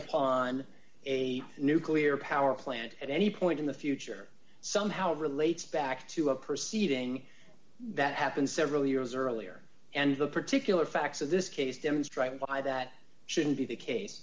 upon a nuclear power plant at any point in the future somehow relates back to a perceiving that happened several years earlier and the particular facts of this case demonstrated by that shouldn't be the case